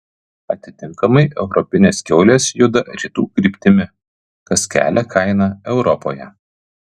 atitinkamai europinės kiaulės juda rytų kryptimi kas kelia kainą europoje